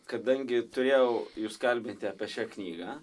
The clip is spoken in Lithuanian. kadangi turėjau jus kalbinti apie šią knygą